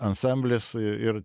ansamblis ir